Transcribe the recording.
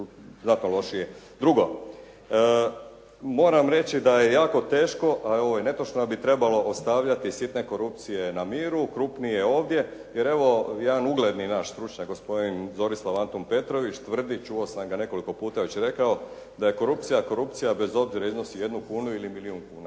znatno lošije. Drugo, moram reći da je jako teško, a i ovo je netočno da bi trebalo ostavljati sitne korupcije na miru, krupnije ovdje, jer evo jedan ugledni naš stručnjak gospodin Zorislav Antun Petrović tvrdi, čuo sam ga nekoliko puta je već rekao, da je korupcija korupcija bez obzira iznosi jednu kunu ili milijun kuna,